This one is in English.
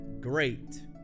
great